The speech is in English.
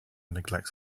neglects